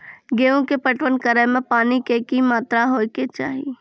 गेहूँ के पटवन करै मे पानी के कि मात्रा होय केचाही?